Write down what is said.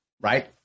right